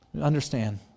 Understand